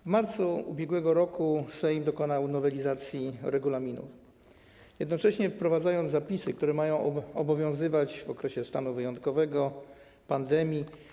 W marcu ub.r. Sejm dokonał nowelizacji regulaminu, jednocześnie wprowadzając zapisy, które mają obowiązywać w okresie stanu wyjątkowego, pandemii.